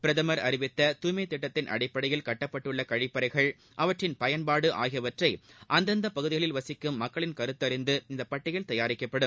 பிரதம் அறிவித்த தூய்மை திட்டத்தின் அடிப்படையில் கட்டப்பட்டுள்ள கழிப்பறைகள் அவற்றின் பயன்பாடு ஆகியவற்றை அந்தந்த பகுதிகளில் வசிக்கும் மக்களின் கருத்தறிந்து இந்த பட்டியல் தயாரிக்கப்படும்